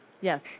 Yes